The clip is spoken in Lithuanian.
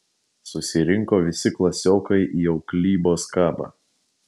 susirinko visi klasiokai į auklybos kabą